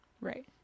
Right